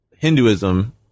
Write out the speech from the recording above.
Hinduism